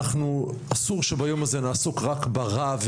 אסור שביום הזה נעסוק רק ברע,